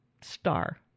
star